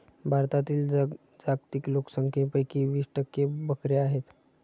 भारतातील जागतिक लोकसंख्येपैकी वीस टक्के बकऱ्या आहेत